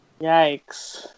Yikes